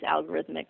algorithmic